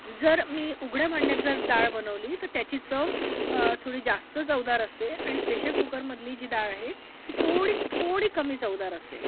जर मी उघड्या भांड्यात जर डाळ बनवली तर त्याची चव थोडी जास्त चवदार असते आणि प्रेशर कुकरमधली जी डाळ आहे ती थोडी थोडी कमी चवदार असते